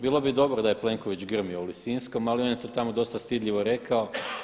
Bilo bi dobro da je Plenković grmio u Lisinskom, ali on je to tamo dosta stidljivo rekao.